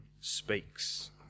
speaks